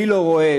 אני לא רואה,